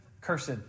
cursed